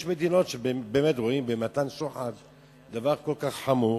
יש מדינות שבאמת רואות במתן שוחד דבר כל כך חמור,